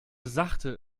sachte